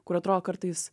kur atrodo kartais